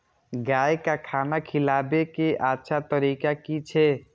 गाय का खाना खिलाबे के अच्छा तरीका की छे?